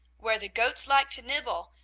where the goats like to nibble,